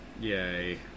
Yay